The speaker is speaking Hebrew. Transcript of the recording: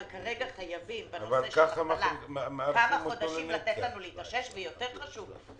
אבל כרגע חייבים לתת לנו כמה חודשים להתאושש ויותר חשוב,